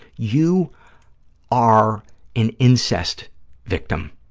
you are an incest victim,